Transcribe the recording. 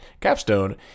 Capstone